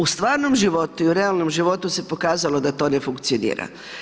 U stvarnom životu i realnom životu se pokazalo da to ne funkcionira.